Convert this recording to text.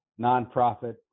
nonprofit